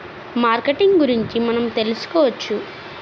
Marketing గురించి మనం ఎలా తెలుసుకోవచ్చు?